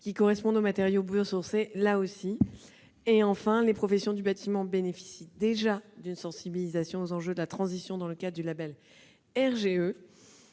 qui correspondent également aux matériaux biosourcés. Enfin, les professions du bâtiment bénéficient déjà d'une sensibilisation aux enjeux de la transition, dans le cadre du label «